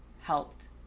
helped